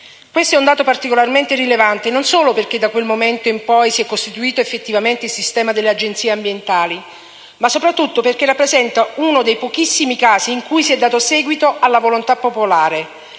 Questo è un dato particolarmente rilevante non solo perché da quel momento in poi si è costituito effettivamente il sistema delle Agenzie ambientali, ma soprattutto perché rappresenta uno dei pochissimi casi in cui si è dato seguito alla volontà popolare,